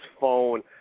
phone